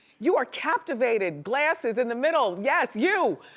you are captivated, glasses in the middle, yes, you.